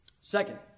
Second